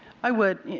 i would.